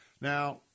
Now